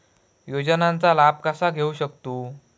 योजनांचा लाभ कसा घेऊ शकतू?